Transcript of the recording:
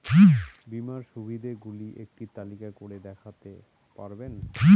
বীমার সুবিধে গুলি একটি তালিকা করে দেখাতে পারবেন?